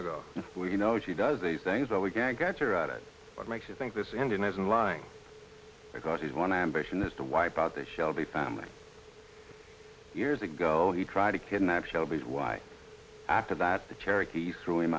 ago you know she does these things that we can't get her out it what makes you think this indian isn't lying because he's one ambition is to wipe out the shelby family years ago he tried to kidnap shelby why after that the cherokee threw him